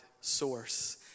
source